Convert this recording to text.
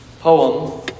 poem